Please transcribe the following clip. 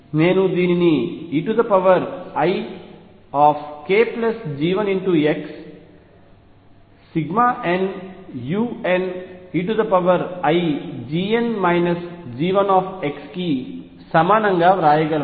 నేను దీనిని eikG1xnuneix కి సమానంగా వ్రాయగలను